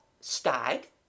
stag